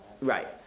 Right